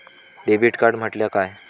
Debit card म्हटल्या काय?